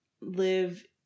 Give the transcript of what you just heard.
live